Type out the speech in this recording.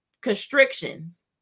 constrictions